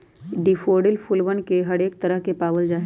daffodil फूलवन के हरेक तरह के पावल जाहई